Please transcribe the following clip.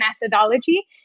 methodology